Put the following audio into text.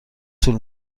طول